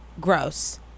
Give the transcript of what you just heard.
Gross